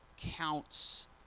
counts